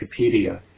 Wikipedia